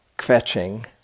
fetching